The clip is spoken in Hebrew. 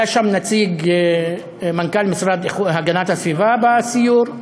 היה שם בסיור נציג, מנכ"ל המשרד להגנת הסביבה.